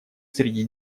среди